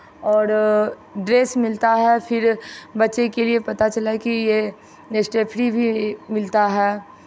और ड्रेस मिलता है फिर बच्चे के लिए पता चला है कि स्टेफ्री भी मिलता है